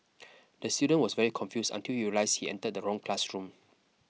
the student was very confused until realised he entered the wrong classroom